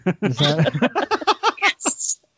Yes